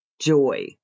joy